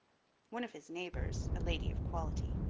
one of his neighbors, a lady of quality,